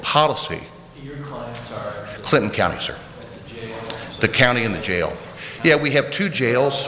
policy clinton counties or the county in the jail yeah we have two jails